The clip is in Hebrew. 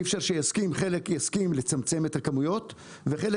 אי אפשר שחלק יסכים לצמצם את הכמויות וחלק